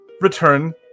return